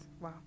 wow